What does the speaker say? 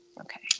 okay